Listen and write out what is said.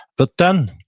but then,